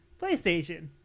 PlayStation